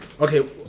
Okay